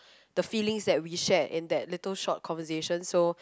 the feelings that we share in that little short conversation so